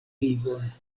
vivon